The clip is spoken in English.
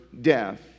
death